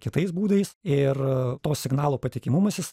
kitais būdais ir to signalo patikimumas jis